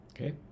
Okay